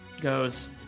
goes